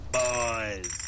boys